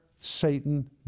Satan